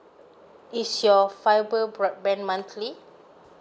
is your fibre broadband monthly